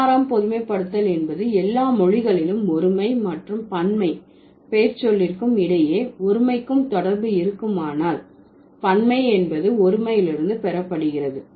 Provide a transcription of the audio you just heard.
பதினாறாம் பொதுமைப்படுத்தல் என்பது எல்லா மொழிகளிலும் ஒருமை மற்றும் பன்மை பெயர்ச்சொல்லிற்கும் இடையே ஒருமைக்கும் தொடர்பு இருக்குமானால் பன்மை என்பது ஒருமையிலிருந்து பெறப்படுகிறது